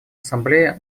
ассамблея